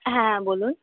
হ্যাঁ বলুন